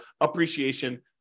appreciation